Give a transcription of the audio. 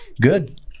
Good